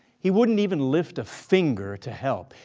he wouldn't even lift a finger to help.